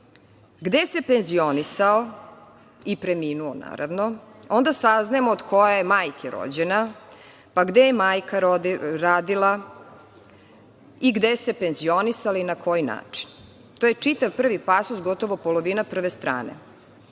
gde se penzionisao i preminuo, naravno. Onda saznajemo od koje majke je rođena, pa gde je majka radila i gde se penzionisala i na koji način. To je čitav prvi pasus, gotovo polovina prve strane.U